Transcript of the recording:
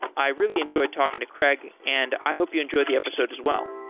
i really enjoyed talking to craig, and i hope you enjoy the episode as well.